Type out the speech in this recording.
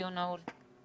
הדיון נעול.